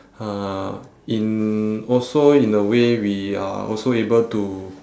uh in also in a way we are also able to